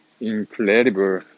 incredible